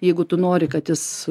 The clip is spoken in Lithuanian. jeigu tu nori kad jis